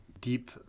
deep